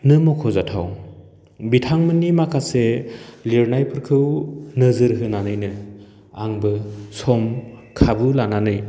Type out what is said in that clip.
नो मख'जाथाव बिथांमोननि माखासे लिरनायफोरखौ नोजोर होनानैनो आंबो सम खाबु लानानै